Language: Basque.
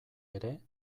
ere